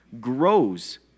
grows